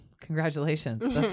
Congratulations